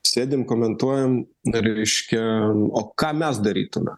sėdim komentuojam dar reiškia o ką mes darytume